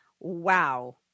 wow